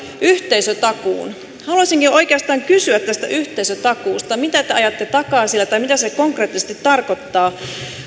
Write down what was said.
yhteisötakuun haluaisinkin oikeastaan kysyä tästä yhteisötakuusta mitä te ajatte takaa sillä tai mitä se konkreettisesti tarkoittaa